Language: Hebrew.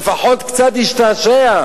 לפחות קצת נשתעשע.